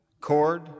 cord